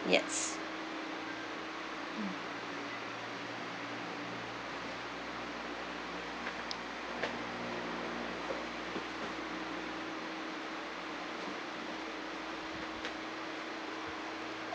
yes